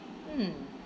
mm